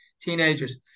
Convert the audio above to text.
teenagers